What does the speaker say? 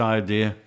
idea